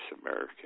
American